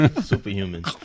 Superhuman